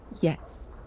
Yes